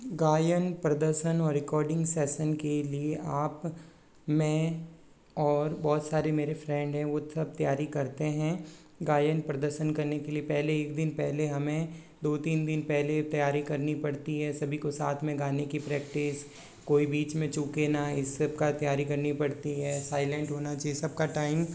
गायन प्रदर्शन और रिकॉर्डिंग सेशन के लिए आप मैं और बहुत सारे मेरे फ्रेंड हैं वो सब तैयारी करते हैं गायन प्रदर्शन करने के लिए पहले एक दिन पहले हमें दो तीन दिन पहले तैयारी करनी पड़ती है सभी को साथ में गाने की प्रैक्टिस कोई बीच में चुके ना इस सब का तैयारी करनी पड़ती हैं साइलेंट होना चाहिए सबका टाइम